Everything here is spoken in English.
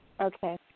Okay